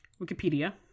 Wikipedia